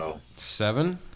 Seven